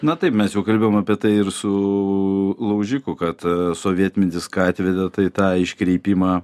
na taip mes jau kalbėjom apie tai ir su laužiku kad sovietmetis ką atvedė tai tą iškrypimą